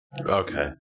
okay